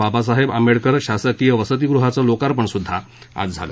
बाबासाहेब आंबेडकर शासकीय वसतीगृहाचं लोकार्पणसुध्दा आज झालं